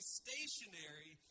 stationary